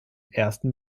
ersten